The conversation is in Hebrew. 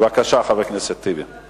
אני מבקש להוסיף אותי לתמיכה בחוק,